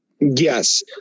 Yes